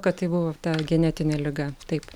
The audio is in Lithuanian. kad tai buvo ta genetinė liga taip